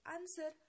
Answer